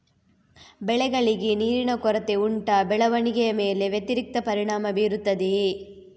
ಬೆಳೆಗಳಿಗೆ ನೀರಿನ ಕೊರತೆ ಉಂಟಾ ಬೆಳವಣಿಗೆಯ ಮೇಲೆ ವ್ಯತಿರಿಕ್ತ ಪರಿಣಾಮಬೀರುತ್ತದೆಯೇ?